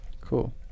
Cool